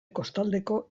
kostaldeko